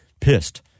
Pissed